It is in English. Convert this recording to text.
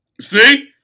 See